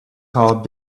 heart